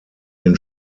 den